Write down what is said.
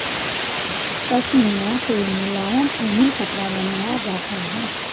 पशमीना से मुलायम ऊनी कपड़ा बनाया जाता है